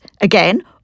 again